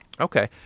Okay